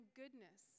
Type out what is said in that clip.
goodness